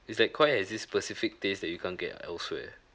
is like koi has this specific taste that you can't get elsewhere